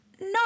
No